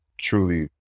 truly